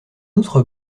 outre